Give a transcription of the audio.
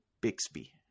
bixby